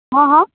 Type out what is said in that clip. હા હા